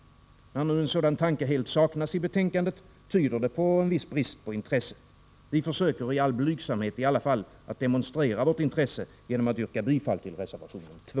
När nu en sådan tanke helt saknas i betänkandet tyder det på en viss brist på intresse. Vi försöker i all blygsamhet i alla fall att demonstrera vårt intresse genom att yrka bifall till reservationen 2.